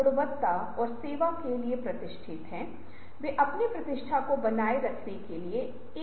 रचनात्मकता और नवीनता में बिल्कुल समझ शामिल है विशिष्ट संगठनात्मक संदर्भ में क्या शामिल है